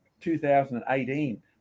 2018